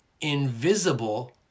invisible